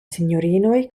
sinjorinoj